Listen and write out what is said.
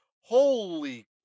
holy